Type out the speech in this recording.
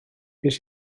beth